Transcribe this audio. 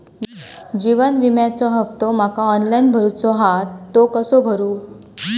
जीवन विम्याचो हफ्तो माका ऑनलाइन भरूचो हा तो कसो भरू?